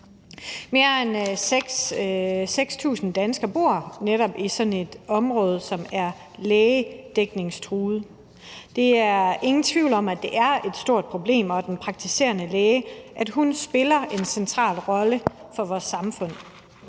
Mere end 6.000 danskere bor netop i sådan et område, som er lægedækningstruet. Der er ingen tvivl om, at det er et stort problem, og at den praktiserende læge spiller en central rolle for vores samfund,